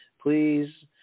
Please